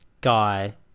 guy